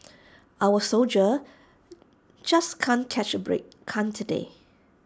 our soldiers just can't catch A break can't they